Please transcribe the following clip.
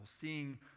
seeing